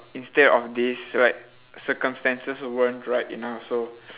instead of this like circumstances weren't right enough so